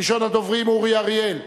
ראשון הדוברים, אורי אריאל.